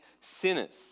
sinners